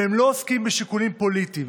והם לא עוסקים בשיקולים פוליטיים.